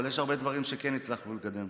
אבל יש דברים שכן הצלחנו לקדם.